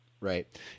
Right